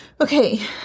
okay